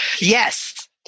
yes